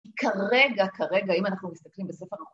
‫כרגע, כרגע, ‫אם אנחנו מסתכלים בספר...